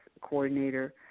coordinator